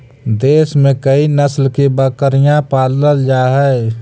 देश में कई नस्ल की बकरियाँ पालल जा हई